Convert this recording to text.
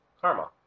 karma